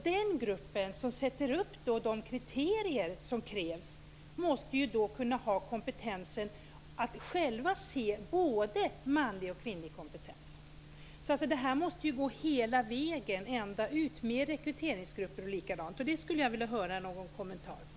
Den grupp som sätter upp de kriterier som krävs måste ha kompetensen att se både manlig och kvinnlig kompetens. Det här måste alltså gå hela vägen, med rekryteringsgrupper och liknande. Detta skulle jag vilja höra någon kommentar kring.